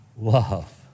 love